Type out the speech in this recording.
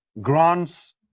grants